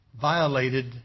violated